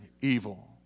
evil